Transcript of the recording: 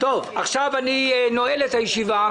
אני נועל את הישיבה.